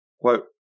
Quote